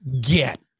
get